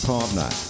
Partner